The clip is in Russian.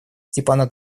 степана